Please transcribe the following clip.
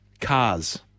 cars